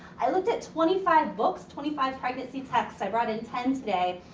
i looked at twenty five books. twenty five pregnancy texts. i brought in ten today.